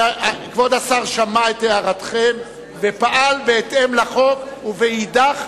כבוד השר שמע את הערתכם ופעל בהתאם לחוק ואידך,